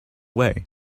way